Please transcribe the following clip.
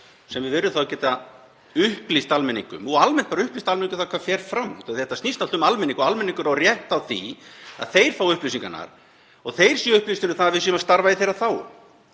sem við verðum að geta upplýst almenning um og almennt bara upplýst almenning um það hvað fer fram. Þetta snýst allt um almenning. Almenningur á rétt á því að fá upplýsingarnar og vera upplýstur um að við séum að starfa í þeirra þágu.